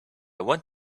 want